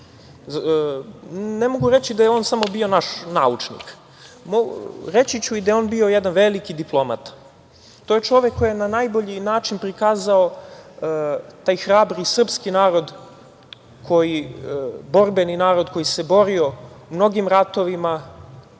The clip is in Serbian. ne mogu reći da je on samo bio naš naučnik, reći ću i da je on bio jedan veliki diplomata. To je čovek koji je na najbolji način prikazao taj hrabri srpski narod, borbeni narod, koji se borio u mnogim ratovima